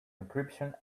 encryption